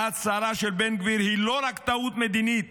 ההצהרה של בן גביר היא לא רק טעות מדינית